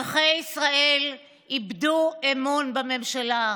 אזרחי ישראל איבדו אמון בממשלה.